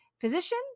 physician